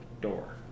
door